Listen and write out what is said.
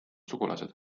sugulased